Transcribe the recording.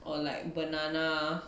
or like banana